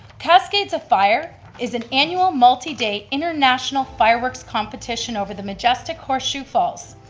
cascades of fire is an annual multi-day international fireworks competition over the majestic horseshoe falls.